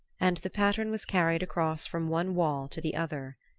and the pattern was carried across from one wall to the other.